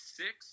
six